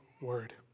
word